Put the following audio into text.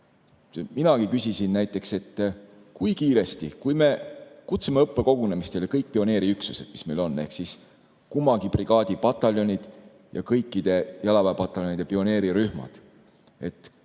küsisin näiteks, et kui me kutsume õppekogunemistele kõik pioneeriüksused, mis meil on, ehk siis kummagi brigaadi pataljonid ja kõikide jalaväepataljonide pioneerirühmad, kui